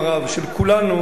של כולנו,